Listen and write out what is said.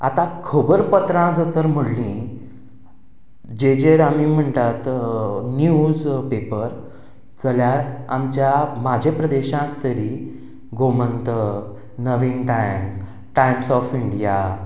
आतां खबरांपत्रां जर तर म्हणलीं जाचेर आमी म्हणटात निव्ज पेपर जाल्यार आमच्या म्हज्या प्रदेशांत तरी गोमंतक नवीन टायम्स टायम्स ऑफ इंडिया